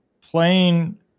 playing